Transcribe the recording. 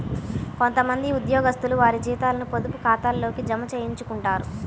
కొంత మంది ఉద్యోగస్తులు వారి జీతాలను పొదుపు ఖాతాల్లోకే జమ చేయించుకుంటారు